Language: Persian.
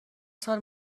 سال